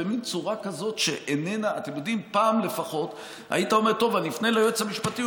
פעם לפחות היית אומר: אני אפנה ליועץ המשפטי,